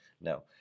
No